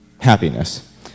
happiness